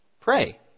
Pray